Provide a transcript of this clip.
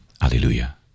Hallelujah